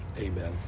amen